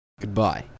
goodbye